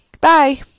Bye